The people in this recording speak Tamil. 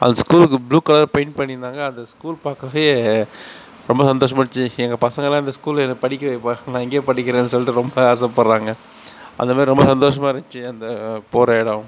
அது ஸ்கூலுக்கு ப்ளூ கலர் பெயிண்ட் பண்ணியிருந்தாங்க அந்த ஸ்கூல் பார்க்கவே ரொம்ப சந்தோஷமாக இருந்துச்சி எங்கள் பசங்களாம் இந்த ஸ்கூலில் என்னை படிக்க வைப்பா நான் இங்கேயே படிக்கிறேன்னு சொல்லிட்டு ரொம்ப ஆசைப்பட்றாங்க அதை மாதிரி ரொம்ப சந்தோஷமாக இருந்துச்சி அந்த போகிற இடம்